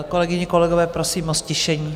Kolegyně, kolegové, prosím o ztišení.